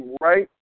right